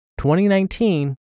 2019